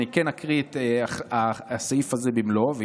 אני אקריא את הסעיף הזה במלואו,